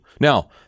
Now